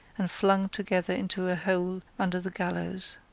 and flung together into a hole under the gallows.